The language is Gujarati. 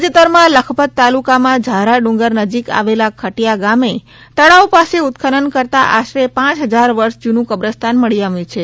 તાજેતરમાં લખપત તાલુકામાં ઝારા ડુંગર નજીક આવેલા ખટિયા ગામે તળાવ પાસે ઉત્ખનન કરતાં આશરે પાંચ હજાર વર્ષ જૂનું કબ્રસ્તાન મળી આવ્યું છે